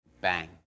bang